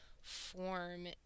form